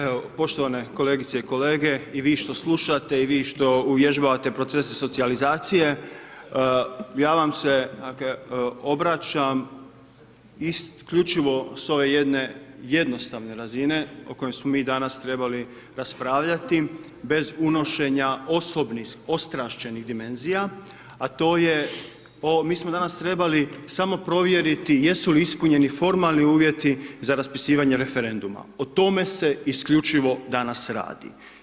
Evo poštovane kolegice i kolege, i vi što slušate i vi što uvježbavate procese socijalizacije, ja vam se obraćam isključivo s ove jedne jednostavne razine o kojoj smo mi danas trebali raspravljati, bez unošenja osobnih ostrašćenih dimenzija a to je, mi smo danas trebali samo provjeriti jesu li ispunjeni formalni uvjeti za raspisivanje referenduma, o tome se isključivo danas radi.